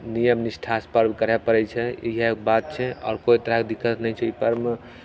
नियमनिष्ठासँ पर्व करय पड़य छै इएह बात छै आओर कोइ तरहक दिक्कत नहि छै ई पर्वमे